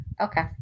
Okay